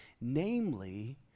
namely